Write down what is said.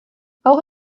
auch